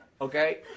Okay